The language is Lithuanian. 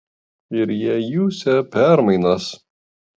ir jie jusią permainas